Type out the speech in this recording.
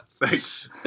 Thanks